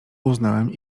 uznałem